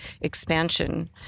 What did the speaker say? expansion